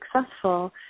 successful